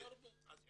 אני